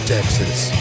Texas